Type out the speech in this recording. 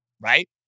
right